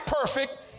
perfect